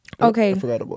Okay